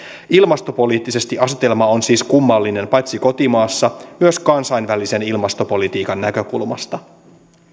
ilmastopoliittisesti asetelma on siis kummallinen paitsi kotimaassa myös kansainvälisen ilmastopolitiikan näkökulmasta